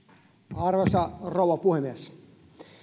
arvoisa rouva puhemies